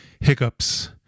hiccups